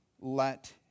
let